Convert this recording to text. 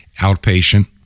outpatient